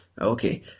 Okay